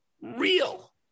real